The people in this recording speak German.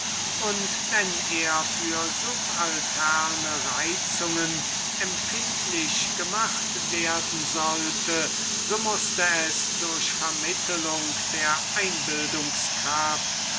und wenn er für subalterne reizungen empfindlich gemacht werden sollte so mußte es durch vermittlung der